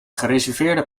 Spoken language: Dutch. gereserveerde